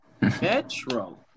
Metro